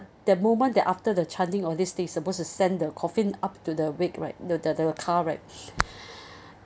the moment that after the chanting on this day supposed to send the coffin up to the wake right no the the car right